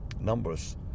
Numbers